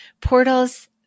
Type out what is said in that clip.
Portals